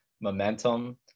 momentum